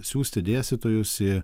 siųsti dėstytojus į